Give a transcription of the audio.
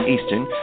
Eastern